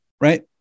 right